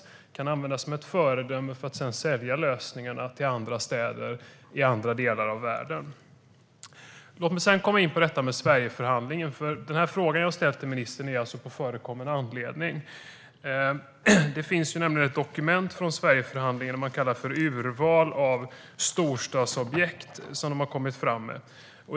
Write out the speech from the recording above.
De kan användas som ett föredöme för att sedan säljas till andra städer i andra delar av världen. Låt mig komma in på detta med Sverigeförhandlingen, för jag har ställt frågan till ministern på förekommen anledning. Det finns nämligen ett dokument från Sverigeförhandlingen som man kallar ett urval av storstadsobjekt man har kommit fram med.